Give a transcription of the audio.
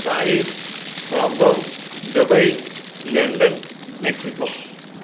Paris Hong Kong Dubai London Mexico